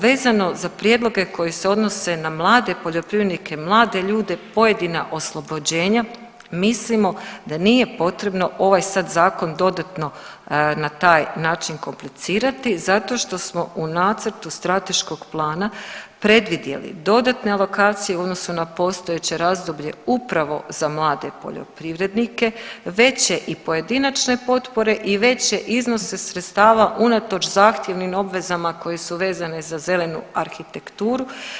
Vezano za prijedloge koji se odnose na mlade poljoprivrednike, mlade ljude pojedina oslobođenja mislimo da nije potrebno ovaj sad zakon dodatno na taj način komplicirati zato što smo u nacrtu strateškog plana predvidjeli dodatne alokacije u odnosu na postojeće razdoblje upravo za mlade poljoprivrednike, veće i pojedinačne potpore i veće iznose sredstava unatoč zahtjevnim obvezama koje su vezane za zelenu arhitekturu.